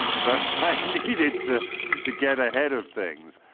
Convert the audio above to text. so i needed to to get ahead of things.